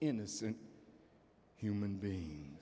innocent human being